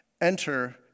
Enter